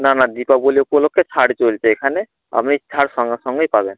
না না দীপাবলি উপলক্ষে ছাড় চলছে এখানে আপনি ছাড় সঙ্গে সঙ্গেই পাবেন